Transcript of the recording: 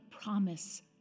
promise